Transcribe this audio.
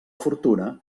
fortuna